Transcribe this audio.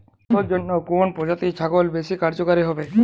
মাংসের জন্য কোন প্রজাতির ছাগল বেশি কার্যকরী হবে?